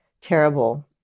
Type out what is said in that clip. terrible